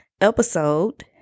episode